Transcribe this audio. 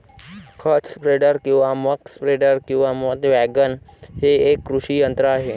खत स्प्रेडर किंवा मक स्प्रेडर किंवा मध वॅगन हे एक कृषी यंत्र आहे